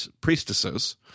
priestesses